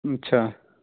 ਅੱਛਾ